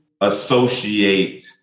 associate